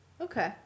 Okay